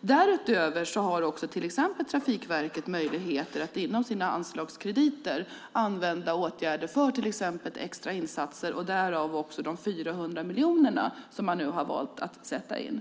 Därutöver har också Trafikverket möjligheter att inom sina anslagskrediter använda åtgärder för till exempel extra insatser, och därav de 400 miljoner som man nu har valt att sätta in.